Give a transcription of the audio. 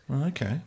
Okay